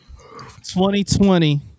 2020